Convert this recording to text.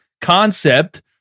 concept